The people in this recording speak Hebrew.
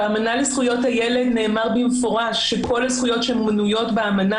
באמנה לזכויות הילד נאמר במפורש שכל הזכויות שמנויות באמנה